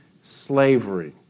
slavery